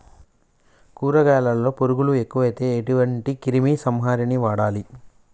కూరగాయలలో పురుగులు ఎక్కువైతే ఎటువంటి క్రిమి సంహారిణి వాడాలి?